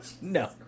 No